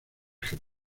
jefe